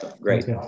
Great